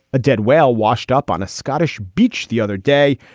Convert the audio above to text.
a dead whale washed up on a scottish beach the other day.